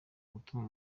gutuma